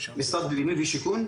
משרד הבינוי והשיכון?